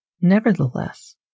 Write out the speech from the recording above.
Nevertheless